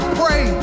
pray